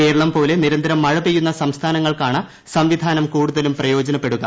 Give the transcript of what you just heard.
കേരളം പോലെ നിരന്തരം മഴ പെയ്യുന്ന സംസ്ഥാനങ്ങൾക്കാണ് സംവിധാനം കൂടുതലും പ്രയോജനപ്പെടുക